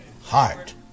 heart